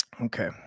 okay